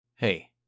hey